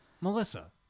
Melissa